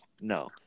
no